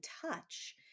touch